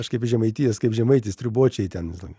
aš kaip iš žemaitijos kaip žemaitis triūbočiai ten visąlaik